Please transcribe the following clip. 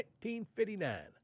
1959